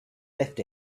left